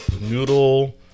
noodle